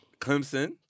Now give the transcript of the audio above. Clemson